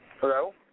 Hello